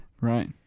Right